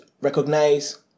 recognize